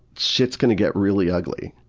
shit's gonna get really ugly.